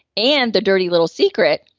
and the dirty little secret,